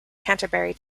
canterbury